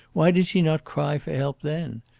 why did she not cry for help then?